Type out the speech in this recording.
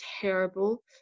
terrible